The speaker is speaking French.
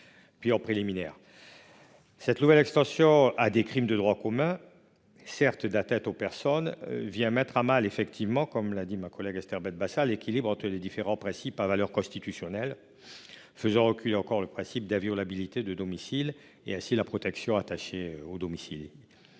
préliminaire. Cette nouvelle extension des perquisitions de nuit à des crimes de droit commun, certes en cas d'atteinte aux personnes, vient mettre à mal, comme l'a souligné ma collègue Esther Benbassa, l'équilibre entre les différents principes à valeur constitutionnelle, faisant reculer encore le principe d'inviolabilité du domicile et, ainsi, la protection attachée au domicile.